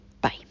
Bye